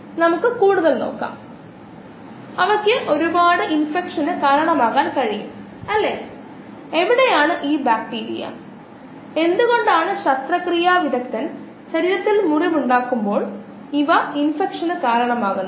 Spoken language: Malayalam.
അതിനാൽ നമ്മുടെ ഉത്തരത്തിന്റെ ഈ ചിത്രം എല്ലായ്പ്പോഴും മനസ്സിൽ സൂക്ഷിക്കുകയും അത് പരിശോധിക്കുകയും വേണം ദയവായി ഓരോ തവണയും ഇത് ചെയ്യുക അടുത്ത പ്രാക്ടീസ് പ്രോബ്ലം ചെയ്യുമ്പോൾ ഞാൻ ഇത് വീണ്ടും ഊന്നിപ്പറയുന്നു